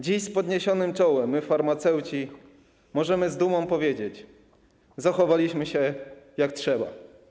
Dziś z podniesionym czołem my, farmaceuci, możemy z dumą powiedzieć: zachowaliśmy się, jak trzeba.